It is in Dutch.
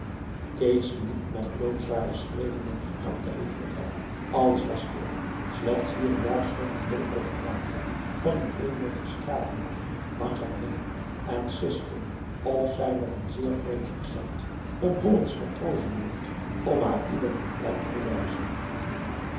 kees liep met loodzware schreden langs den kant der rivier verder alles was stil slechts hier en daar schoof de donkere gedaante van een inlandsche straatnymph langs hem heen en siste of zei met n zeer vreemd accent een hollandsch matrozenwoord om haar identiteit te bewijzen